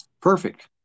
Perfect